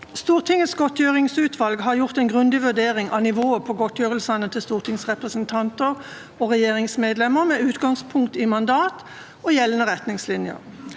Stortingets godtgjøringsutvalg har foretatt en grundig vurdering på nivået på godtgjørelsene til stortingsrepresentanter og regjeringsmedlemmer med utgangspunkt i mandat og gjeldende retningslinjer.